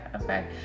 Okay